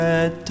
Red